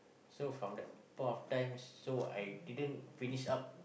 so from that point of times so I didn't finish up